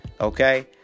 Okay